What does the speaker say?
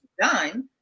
done